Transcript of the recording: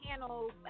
panels